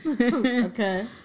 Okay